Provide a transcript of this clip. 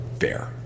fair